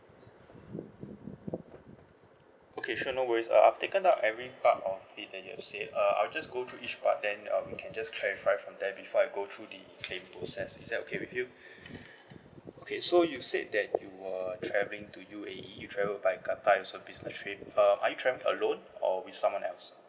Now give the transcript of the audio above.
okay sure no worries uh I've taken up every part of it that you're said uh I'll just go through each part then uh you can just clarify from there before I go through the claim process is that okay with you okay so you said that you were travelling to U_A_E you travelled by qatar business trip uh are you travelling alone or with someone else